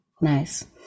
nice